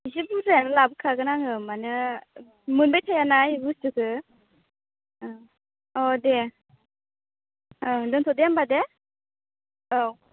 एसे बुरजायानो लाबो खागोन आङो माने मोनबाय थायाना बे बुस्तुखऔ ओ औ दे औ दोनथ'दे होनबा दे औ